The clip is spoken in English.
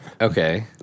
Okay